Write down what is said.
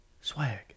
swag